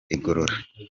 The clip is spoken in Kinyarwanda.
igorora